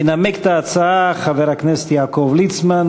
ינמק את ההצעה חבר הכנסת יעקב ליצמן.